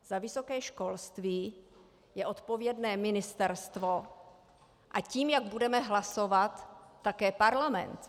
Za vysoké školství je odpovědné ministerstvo a tím, jak budeme hlasovat, také Parlament.